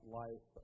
life